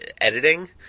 editing